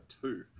two